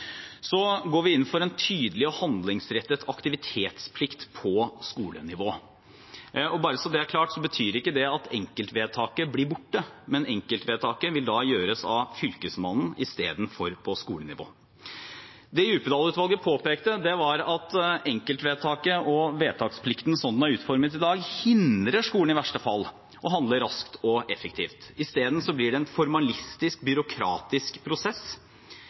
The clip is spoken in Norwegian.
Så går vi inn for en tydelig og handlingsrettet aktivitetsplikt på skolenivå. Og bare så det er klart: Det betyr ikke at enkeltvedtaket blir borte, men enkeltvedtaket vil da gjøres av Fylkesmannen i stedet for på skolenivå. Det Djupedal-utvalget påpekte, var at enkeltvedtaket og vedtaksplikten, slik den er utformet i dag, hindrer skolen – i verste fall – i å handle raskt og effektivt. Isteden blir det en formalistisk, byråkratisk prosess.